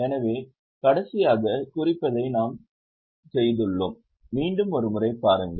எனவே கடைசியாக குறிப்பதை நாம் செய்துள்ளோம் மீண்டும் ஒரு முறை பாருங்கள்